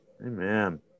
Amen